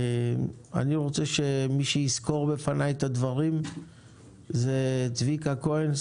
אני רוצה שמי שיסקור את הדברים יהיה צביקה כהן,